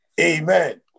Amen